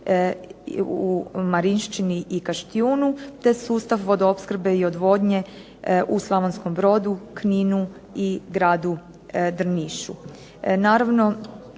u Marinščini i Kaštiunu te sustav vodoopskrbe i odvodnje u Slavonskom brodu, Kninu i gradu Drnišu.